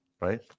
right